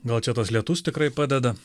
gal čia tas lietus tikrai padeda